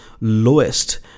lowest